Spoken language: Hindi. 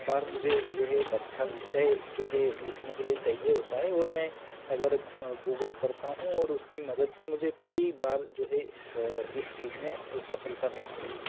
बार मुझे जो है एक अच्छा विषय जो है लिखने के लिए चाहिए होता है और मैं अगर गूगल करता हूँ और उसकी मदद से मुझे कई बार जो है इस चीज़ में सफलता मिलती है